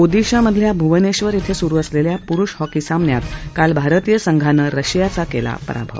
ओदिशामधल्या भुवनेश्वर इथं सुरु असलेल्या पुरुष हॉकी सामन्यात काल भारतीय संघानं रशियाचा केला पराभव